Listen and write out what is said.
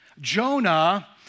Jonah